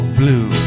blue